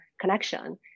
connection